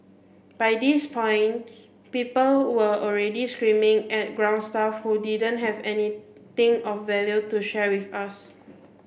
by this point people were already screaming at ground staff who didn't have anything of value to share with us